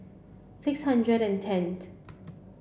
six hundred and tent